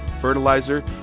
fertilizer